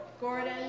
Gordon